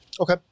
Okay